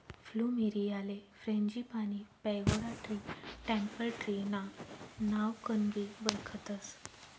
फ्लुमेरीयाले frangipani, pagoda tree, temple tree ना नावकनबी वयखतस